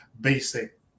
basic